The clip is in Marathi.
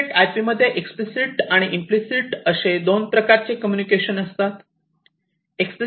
ईथरनेटआयपी मध्ये एक्सप्लिसिट आणि इम्प्लिसिट असे दोन प्रकारचे कम्युनिकेशन असतात